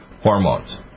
hormones